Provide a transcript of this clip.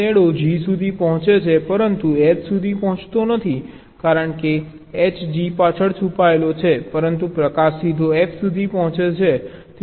shadow G સુધી પહોંચે છે પરંતુ H સુધી પહોંચતો નથી કારણ કે H G પાછળ છુપાયેલો છે પરંતુ પ્રકાશ સીધો F સુધી પહોંચે છે